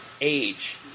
age